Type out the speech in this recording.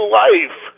life